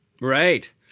Right